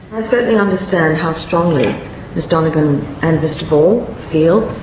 i certainly understand how strongly ms donegan and mr ball feel,